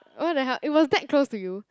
oh what the hell it was that close to you